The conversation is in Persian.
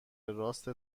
راست